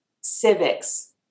civics